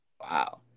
Wow